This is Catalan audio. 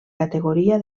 categoria